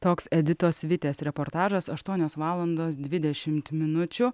toks editos vitės reportažas aštuonios valandos dvidešimt minučių